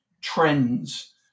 trends